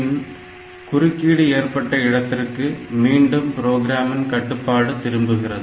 பின்னர் குறுக்கீடு ஏற்பட்ட இடத்திற்கு மீண்டும் புரோகிராமின் கட்டுப்பாடு திரும்புகிறது